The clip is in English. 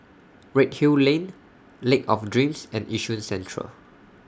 Redhill Lane Lake of Dreams and Yishun Central